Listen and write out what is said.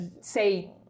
say